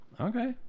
Okay